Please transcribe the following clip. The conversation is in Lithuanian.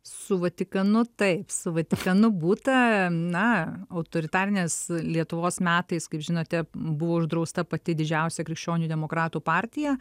su vatikanu taip su vatikanu būta na autoritarinės lietuvos metais kaip žinote buvo uždrausta pati didžiausia krikščionių demokratų partija